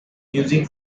music